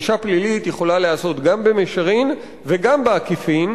ענישה פלילית יכולה להיעשות גם במישרין וגם בעקיפין,